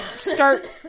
start